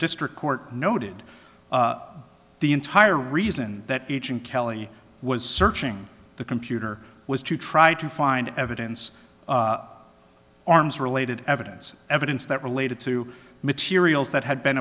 district court noted the entire reason that beach in cali was searching the computer was to try to find evidence arms related evidence evidence that related to materials that had been